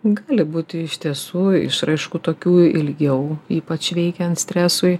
gali būti iš tiesų išraiškų tokių ilgiau ypač veikiant stresui